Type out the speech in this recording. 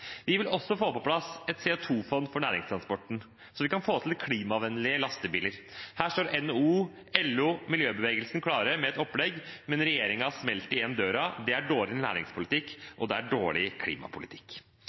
Vi vil også få på plass et CO 2 -fond for næringstransporten, så vi kan få til klimavennlige lastebiler. Her står NHO, LO og miljøbevegelsene klare med et opplegg, men regjeringen har smelt igjen døren. Det er dårlig